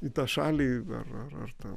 į tą šalį ar ar ten